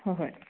ꯍꯣꯏ ꯍꯣꯏ